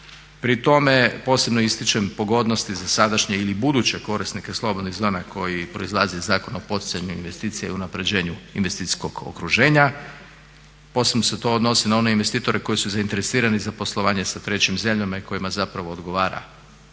Pri tome posebno ističem pogodnosti za sadašnje ili buduće korisnike slobodnih zona koji proizlaze iz Zakona o poticanju investicija i unapređenju investicijskog okruženja. Posebno se to odnosi na one investitore koji su zainteresirani za poslovanje sa trećim zemljama i kojima zapravo odgovara